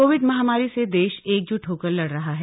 Covid महामारी से देश एकज्ट होकर लड़ रहा है